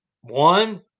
one –